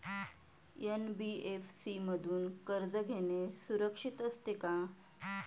NBFC मधून कर्ज घेणे सुरक्षित असते का?